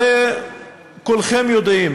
הרי כולכם יודעים